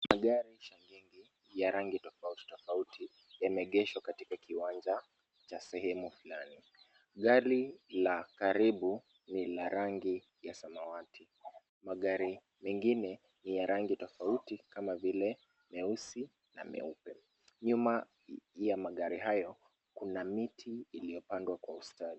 Magari shangingi ya rangi tofauti tofauti. Yameegeshwa katika kiwanja cha sehemu fulani. Gari la karibu ni la rangi ya samawati. Magari mengine ni ya rangi tofauti kama vile meusi na meupe. Nyuma ya magari hayo kuna miti iliopandwa kwa ustadi.